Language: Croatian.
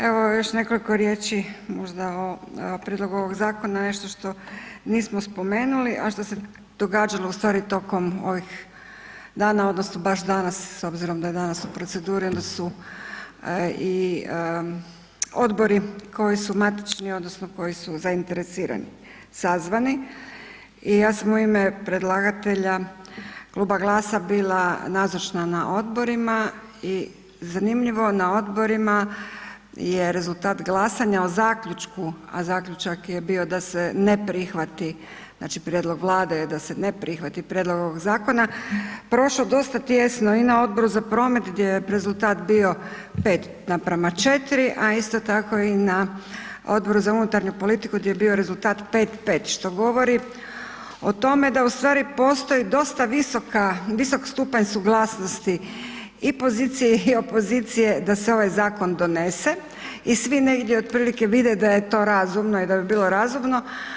Evo, još nekoliko riječi možda o prijedlogu ovog zakona, nešto što nismo spomenuli, a što se događalo tokom ovih dana, odnosno baš danas s obzirom da je danas u proceduri i da su i odbori koji su matični odnosno koji su zainteresirani, sazvani, i ja sam u ime predlagatelja Kluba GLAS-a bila nazočna na odborima i zanimljivo, na odborima je rezultat glasanja o zaključku, a zaključak je bio da se ne prihvati znači, prijedlog Vlade je da se ne prihvati prijedlog ovog zakona, prošao dosta tijesno i za Odboru za promet, gdje je rezultat bio 5 na prema 4, a isto tako i na Odboru za unutarnju politiku, gdje je bio rezultat 5-5, što govori o tome da ustvari postoji dosta visoka, visok stupanj suglasnosti i pozicije i opozicije da se ovaj zakon donese i svi negdje otprilike vide da je to razumno i da bi bilo razumno.